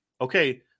okay